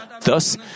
Thus